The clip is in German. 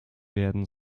werden